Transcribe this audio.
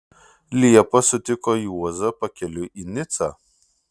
liepą sutiko juozą pakeliui į nicą